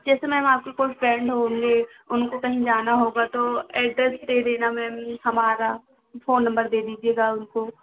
जैसा मैम आपके कोई फ्रेंड होंगे उनको कहीं जाना होगा तो ऐड्रेस दे देना मैम हमारा फ़ोन नम्बर दे दीजिएगा उनको